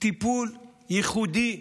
טיפול ייחודי.